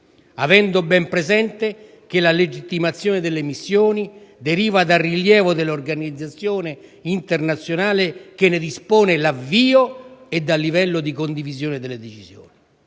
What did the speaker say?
avendo ben presente che la legittimazione delle missioni deriva dal tipo e dall'importanza dell'organizzazione internazionale che ne dispone l'avvio e dal livello di condivisione delle decisioni.